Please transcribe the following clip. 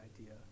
idea